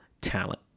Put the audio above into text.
talent